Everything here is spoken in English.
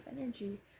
energy